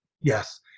Yes